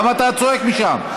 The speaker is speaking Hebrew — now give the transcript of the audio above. למה אתה צועק משם?